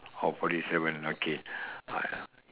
oh forty seven okay I